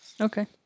Okay